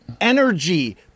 energy